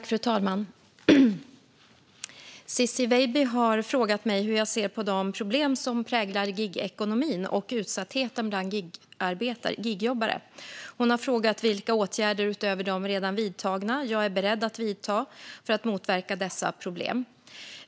Fru talman! Ciczie Weidby har frågat mig hur jag ser på de problem som präglar gigekonomin och utsattheten bland gigjobbare. Hon har frågat vilka åtgärder, utöver de redan vidtagna, jag är beredd att vidta för att motverka dessa problem.